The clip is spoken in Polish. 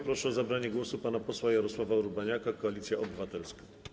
Proszę o zabranie głosu pana posła Jarosława Urbaniaka, Koalicja Obywatelska.